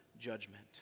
judgment